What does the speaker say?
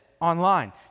online